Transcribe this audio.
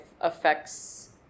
affects